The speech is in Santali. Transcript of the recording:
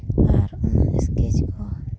ᱟᱨ ᱚᱱᱟ ᱥᱠᱮᱪ ᱠᱚ